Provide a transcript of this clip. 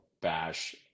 Bash